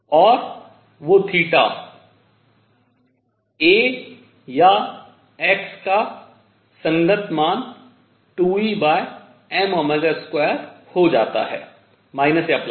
और वो θ a या x का संगत मान 2Em2 हो जाता है माइनस या प्लस